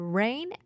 rain